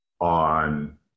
on